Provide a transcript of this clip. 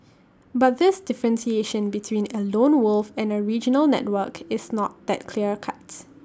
but this differentiation between A lone wolf and A regional network is not that clear cuts